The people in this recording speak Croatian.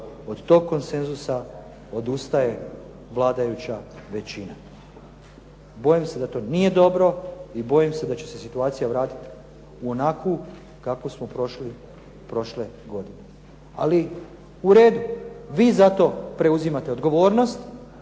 od konsenzusa odustaje vladajuća većina. Bojim se da to nije dobro i bojim se da će se situacija vratiti u onakvu kakvu smo prošli prošle godine. Ali uredu vi za to preuzimate odgovornost,